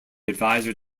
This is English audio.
advisor